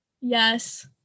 Yes